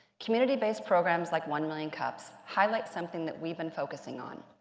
community-based programs like one million cups highlight something that we've been focusing on,